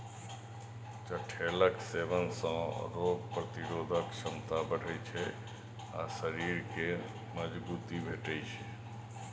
चठैलक सेवन सं रोग प्रतिरोधक क्षमता बढ़ै छै आ शरीर कें मजगूती भेटै छै